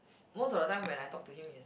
most of the time when I talk to him is